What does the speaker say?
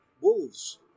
Wolves